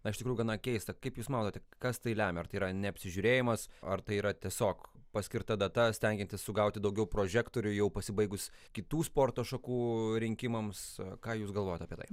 na iš tikrųjų gana keista kaip jūs manote kas tai lemia ar tai yra neapsižiūrėjimas ar tai yra tiesiog paskirta data stengiantis sugauti daugiau prožektorių jau pasibaigus kitų sporto šakų rinkimams ką jūs galvojat apie tai